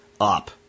up